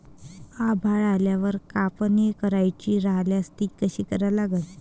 आभाळ आल्यावर कापनी करायची राह्यल्यास ती कशी करा लागन?